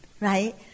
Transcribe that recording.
right